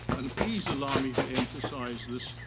and please allow me to emphasize this,